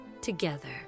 together